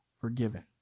forgiven